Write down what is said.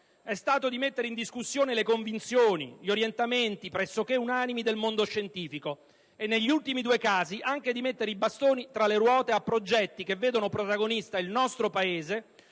è stato di mettere in discussione le convinzioni, gli orientamenti pressoché unanimi del mondo scientifico, e negli ultimi due casi anche di mettere i bastoni tra le ruote a progetti che vedono protagonista il nostro Paese